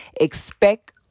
Expect